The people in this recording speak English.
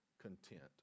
content